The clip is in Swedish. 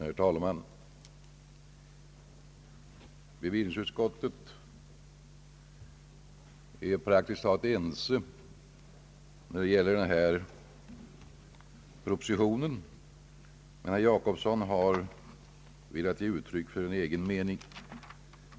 Herr talman! Bevillningsutskottet är praktiskt taget enhälligt när det gäller den föreliggande propositionen. Herr Gösta Jacobsson har velat ge uttryck för en egen mening.